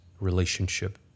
relationship